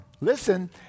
listen